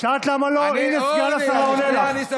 שאלת למה לא, הינה, סגן השרה עונה לך.